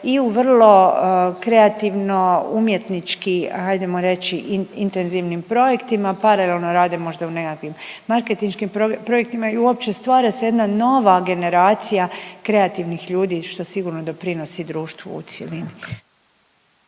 i u vrlo kreativno umjetnički ajdemo reći intenzivnim projektima, paralelno rade možda u nekakvim marketinškim projektima i uopće stvara se jedna nova generacija kreativnih ljudi što sigurno doprinosi društvu u cjelini.